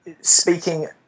speaking